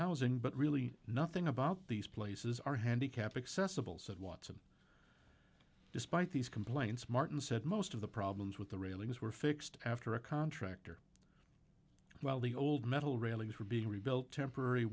housing but really nothing about these places are handicapped accessible said watson despite these complaints martin said most of the problems with the railings were fixed after a contractor while the old metal railings were being rebuilt temporary